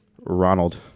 Ronald